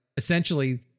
essentially